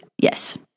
Yes